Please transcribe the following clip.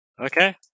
Okay